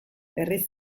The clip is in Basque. herriz